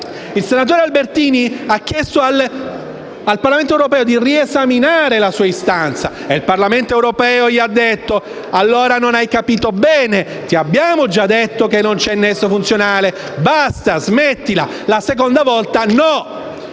Il senatore Albertini ha chiesto al Parlamento europeo di riesaminare la sua istanza, e il Parlamento europeo gli ha detto: allora non hai capito bene, ti abbiamo già detto che non c'è nesso funzionale, basta, smettila. E per la seconda volta ha